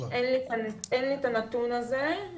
אין לי את הנתון הזה.